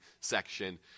section